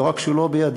לא רק שהוא לא בידינו,